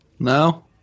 No